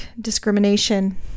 discrimination